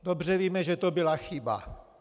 Dobře víme, že to byla chyba.